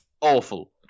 awful